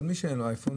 אבל מי שאין לו אייפון?